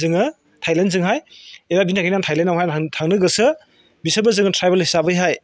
जोङो थायलेन्डजोंहाय बेनि थाखायनो आं थायलेन्डआवहाय आं थांनो गोसो बिसोरबो जोङो ट्रायबेल हिसाबैहाय